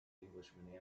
englishman